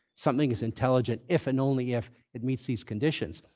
something is intelligent if and only if it meets these conditions.